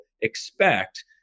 expect